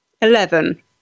Eleven